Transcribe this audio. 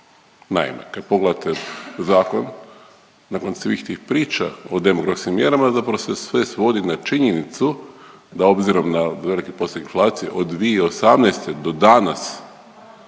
Naime, kad pogledate zakon nakon svih tih priča o demografskim mjerama zapravo se sve svodi na činjenicu da obzirom na veliki postotak inflacije od 2018. do danas